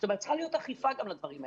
זאת אומרת, צריכה להיות אכיפה גם לדברים האלה.